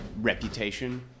reputation